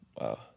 Wow